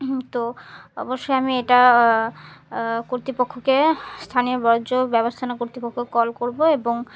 তো অবশ্যই আমি এটা কর্তৃপক্ষকে স্থানীয় বর্জ্য ব্যবস্থা কর্তৃপক্ষকে কল করবো এবং